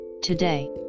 today